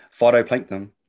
phytoplankton